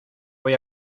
voy